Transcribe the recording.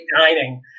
dining